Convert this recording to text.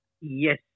Yes